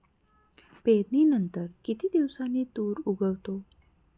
पेरणीनंतर किती दिवसांनी तूर उगवतो?